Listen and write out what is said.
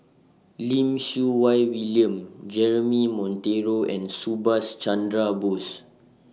Lim Siew Wai William Jeremy Monteiro and Subhas Chandra Bose